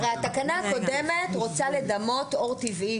הרי התקנה הקודמת רוצה לדמות אור טבעי.